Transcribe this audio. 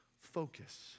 focus